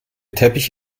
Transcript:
teppich